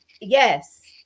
Yes